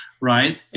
right